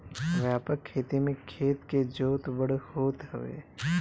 व्यापक खेती में खेत के जोत बड़ होत हवे